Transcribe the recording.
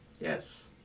Yes